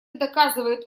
доказывает